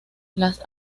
las